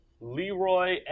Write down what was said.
Leroy